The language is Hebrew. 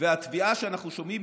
והתביעה שאנחנו שומעים